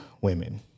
women